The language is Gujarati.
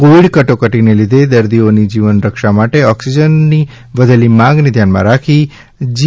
કોવિડ કટોકટીને લીધે દર્દીઓની જીવનરક્ષા માટે ઓક્સિજનની વધેલી માંગને ધ્યાનમાં રાખી જી